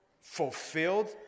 fulfilled